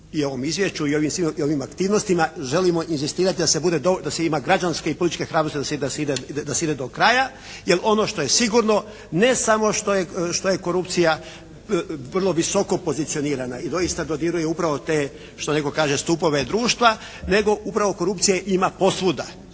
i ovom izvješću i ovim aktivnostima. Želimo inzistirati da se ima građanske i političke hrabrosti da se ide do kraja, jer ono što je sigurno ne samo što je korupcija vrlo visoko pozicionirana i doista dodiruje upravo te što netko kaže stupove društva nego upravo korupcije ima posvuda.